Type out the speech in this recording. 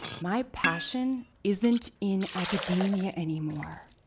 my passion isn't in academia anymore.